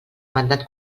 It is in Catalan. mandat